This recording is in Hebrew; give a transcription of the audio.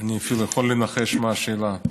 אני אפילו יכול לנחש מה השאלה.